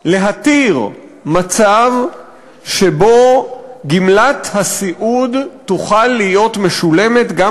להתיר מצב שבו גמלת הסיעוד תוכל להיות משולמת גם